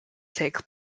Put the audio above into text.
take